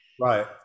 Right